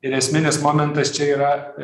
ir esminis momentas čia yra